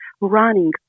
running